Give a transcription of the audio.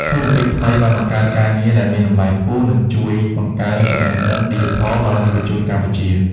ធុរកិច្ចថ្មីបានបង្កើតការងារដែលមានតម្លៃខ្ពស់ និងជួយបង្កើនចំណេះដឹងឌីជីថលដល់យុវជនកម្ពុជា។